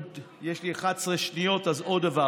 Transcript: יש לי 11 שניות, אז עוד דבר.